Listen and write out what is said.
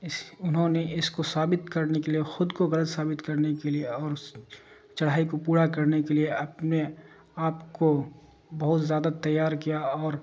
اس انہوں نے اس کو ثابت کرنے کے لیے خود کو غلط ثابت کرنے کے لیے اور چڑھائی کو پورا کرنے کے لیے اپنے آپ کو بہت زیادہ تیار کیا اور